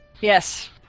Yes